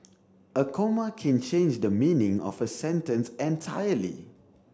a comma can change the meaning of a sentence entirely